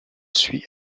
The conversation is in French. suit